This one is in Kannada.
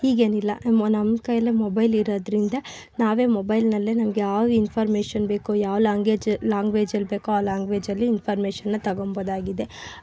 ಈಗೇನಿಲ್ಲ ನಮ್ಮ ನಮ್ಮ ಕೈಯ್ಯಲ್ಲೇ ಮೊಬೈಲ್ ಇರೋದ್ರಿಂದ ನಾವೇ ಮೊಬೈಲ್ನಲ್ಲೇ ನಮಗೆ ಯಾವ ಇನ್ಫಾರ್ಮೇಷನ್ ಬೇಕೋ ಯಾವ ಲ್ಯಾಂಗ್ವೇಜ್ ಲ್ಯಾಂಗ್ವೇಜಲ್ಲಿ ಬೇಕೋ ಆ ಲ್ಯಾಂಗ್ವೇಜಲ್ಲಿ ಇನ್ಫಾರ್ಮೇಷನ್ನ ತೊಗೋಬೋದಾಗಿದೆ